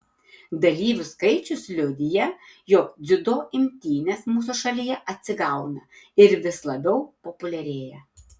dalyvių skaičius liudija jog dziudo imtynės mūsų šalyje atsigauna ir vis labiau populiarėja